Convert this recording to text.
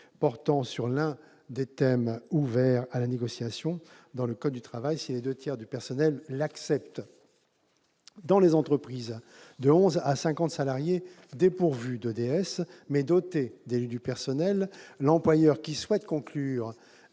portant sur l'un des thèmes ouverts à la négociation dans le code du travail, si les deux tiers du personnel l'acceptent. Dans les entreprises de 11 à 50 salariés dépourvues de délégué syndical, mais dotées d'élus du personnel, l'employeur qui souhaite conclure